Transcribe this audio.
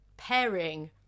pairing